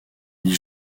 vit